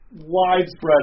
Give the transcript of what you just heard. widespread